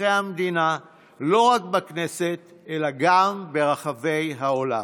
אזרחי המדינה לא רק בכנסת אלא גם ברחבי העולם.